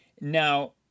Now